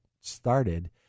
started